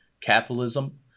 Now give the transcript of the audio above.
capitalism